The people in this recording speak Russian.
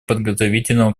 подготовительного